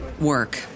work